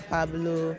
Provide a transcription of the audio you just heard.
Pablo